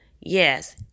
yes